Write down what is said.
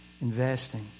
investing